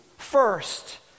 First